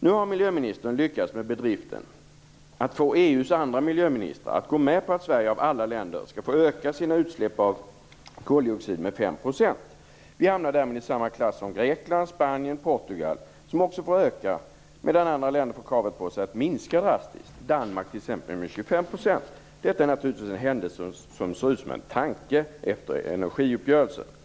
Nu har miljöministern lyckats med bedriften att få EU:s andra miljöministrar att gå med på att Sverige, av alla länder, skall få öka sina utsläpp av koldioxid med 5 %. Vi hamnar därmed i samma klass som Grekland, Spanien och Portugal, som också får öka, medan andra får kravet på sig att minska drastiskt, t.ex. Danmark med 25 %. Detta är naturligtvis en händelse som ser ut som en tanke efter energiuppgörelsen.